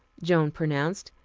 joan pronounced.